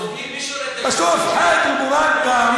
מי שולט היום, בסוף "חיט אל-בוראק" גם,